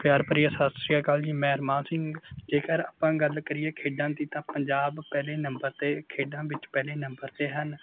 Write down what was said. ਪਿਆਰ ਭਰੀ ਸਤਿ ਸ਼੍ਰੀ ਅਕਾਲ ਜੀ ਮੈਂ ਅਰਮਾਨ ਸਿੰਘ ਜੇਕਰ ਆਪਾਂ ਗੱਲ ਕਰੀਏ ਖੇਡਾਂ ਦੀ ਤਾਂ ਪੰਜਾਬ ਪਹਿਲੇ ਨੰਬਰ 'ਤੇ ਖੇਡਾਂ ਵਿੱਚ ਪਹਿਲੇ ਨੰਬਰ 'ਤੇ ਹਨ